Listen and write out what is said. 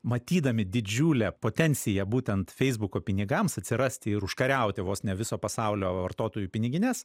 matydami didžiulę potenciją būtent feisbuko pinigams atsirasti ir užkariauti vos ne viso pasaulio vartotojų pinigines